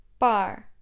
Bar